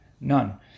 None